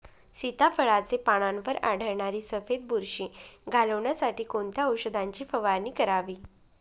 सीताफळाचे पानांवर आढळणारी सफेद बुरशी घालवण्यासाठी कोणत्या औषधांची फवारणी करावी?